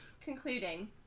Concluding